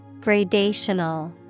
Gradational